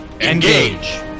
Engage